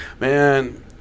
Man